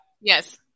Yes